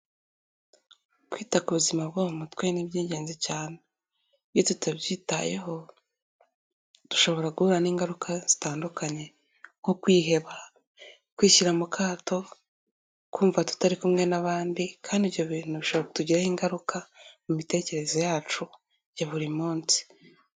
Kwita ku buzima bwo mu mutwe ni iby'ingenzi cyane. Iyo tutabyitayeho dushobora guhura n'ingaruka zitandukanye nko kwiheba, kwishyira mu kato, kumva tutari kumwe n'abandi kandi ibyo bintu bishobora kutugiraho ingaruka mu mitekerereze yacu ya buri munsi.